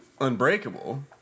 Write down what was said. Unbreakable